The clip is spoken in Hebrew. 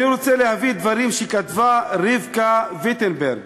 אני רוצה להביא דברים שכתבה רבקה ויטנברג